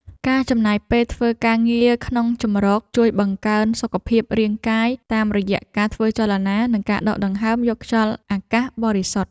ការចំណាយពេលធ្វើការងារក្នុងជម្រកជួយបង្កើនសុខភាពរាងកាយ តាមរយៈការធ្វើចលនា និងការដកដង្ហើមយកខ្យល់អាកាសបរិសុទ្ធ។